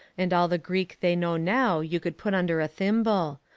and all the greek they know now you could put under a thimble.